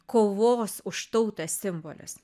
kovos už tautą simbolis